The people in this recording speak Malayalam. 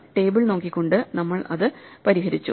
ടേബിൾ നോക്കി കൊണ്ട് നമ്മൾ അത് പരിഹരിച്ചു